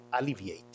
alleviate